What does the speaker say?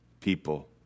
people